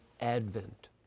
Advent